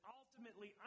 ultimately